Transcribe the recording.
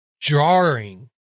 jarring